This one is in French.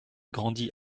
grandit